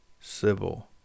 civil